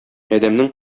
адәмнең